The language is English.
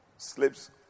Slips